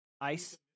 ice